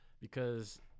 because-